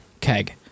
keg